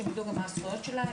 שהם ידעו גם מה הזכויות שלהם,